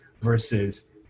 versus